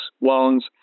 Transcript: loans